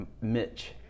Mitch